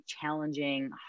challenging